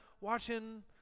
watching